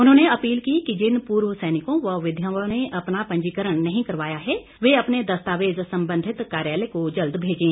उन्होंने अपील की कि जिन पूर्व सैनिकों व विधवाओं ने अपना पंजीकरण नहीं करवाया है वह अपने दस्तावेज संबंधित कार्यालय को जल्द भेजे